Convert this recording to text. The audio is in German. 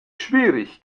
schwierig